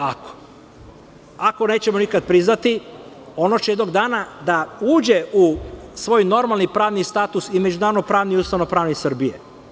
Ako nećemo nikad priznati ono će jednog dana da uđe u svoj normalni pravni status i međunarodno-pravni i ustavno-pravni Srbije.